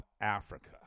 Africa